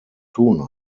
tun